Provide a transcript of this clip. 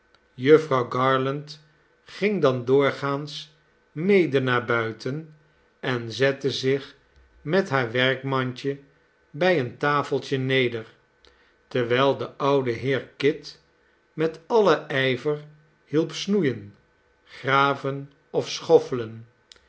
jufvrouw garland ging dan doorgaans mede naar buiten en zette zich met haar werkmandje bij een tafeltje neder terwiji de oude heer kit met alien ijver hieip snoeien graven of schoffelen